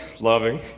loving